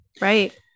right